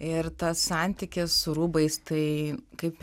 ir tas santykis su rūbais tai kaip